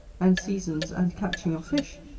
and seasons, and catching of fish,